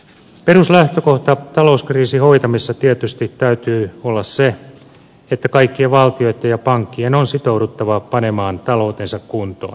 peruslähtökohdan talouskriisin hoitamisessa tietysti täytyy olla se että kaikkien valtioitten ja pankkien on sitouduttava panemaan taloutensa kuntoon